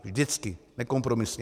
Vždycky, nekompromisně.